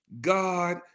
God